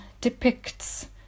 depicts